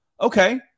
Okay